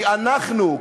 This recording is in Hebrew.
כי אנחנו,